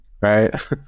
right